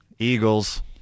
Eagles